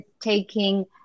taking